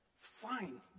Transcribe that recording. fine